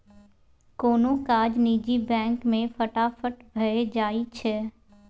कोनो काज निजी बैंक मे फटाफट भए जाइ छै